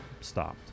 stopped